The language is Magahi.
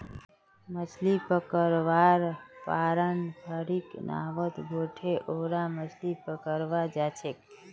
मछली पकड़वार पारंपरिक नावत बोठे ओरा मछली पकड़वा जाछेक